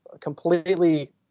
completely